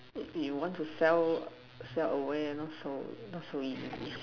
eh you want to sell sell away not so easily